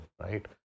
right